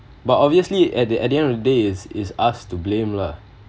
but obviously at the at the end of the days is is us to blame lah